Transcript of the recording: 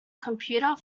computer